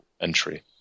entry